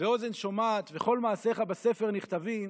ואוזן שומעת וכל מעשיך בספר נכתבים,